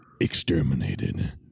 exterminated